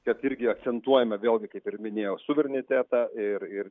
kad irgi akcentuojame vėlgi kaip ir minėjau suverenitetą ir ir